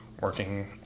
working